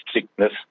sickness